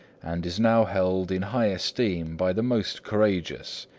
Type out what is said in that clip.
and is now held in high esteem by the most courageous.